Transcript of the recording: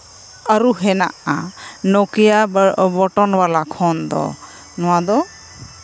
ᱟᱹᱨᱩ ᱦᱮᱱᱟᱜᱼᱟ Nokia button ᱵᱟᱞᱟ ᱠᱷᱚᱱ ᱫᱚ ᱱᱚᱣᱟ ᱫᱚ